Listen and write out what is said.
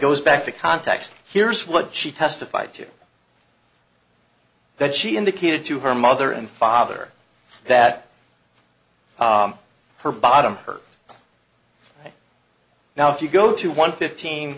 goes back to context here's what she testified to that she indicated to her mother and father that her bottom her now if you go to one fifteen